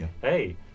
hey